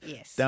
Yes